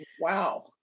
Wow